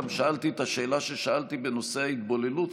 גם שאלתי את השאלה ששאלתי בנושא ההתבוללות,